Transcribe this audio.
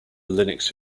linux